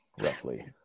roughly